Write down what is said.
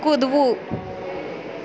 કૂદવું